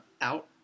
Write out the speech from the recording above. out